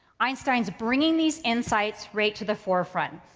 einstein is bringing these insights right to the forefront.